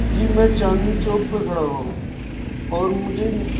جی میں چاندنی چوک پہ کھڑا ہوا ہوں اور مجھے